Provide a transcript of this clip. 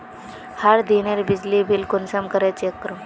हर दिनेर बिजली बिल कुंसम करे चेक करूम?